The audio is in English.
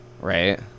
right